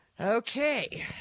Okay